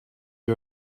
you